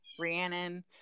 Rhiannon